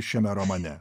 šiame romane